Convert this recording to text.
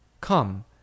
Come